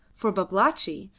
for babalatchi,